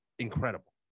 incredible